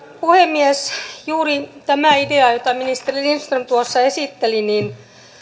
puhemies juuri tässä ideassa jota ministeri lindström tuossa esitteli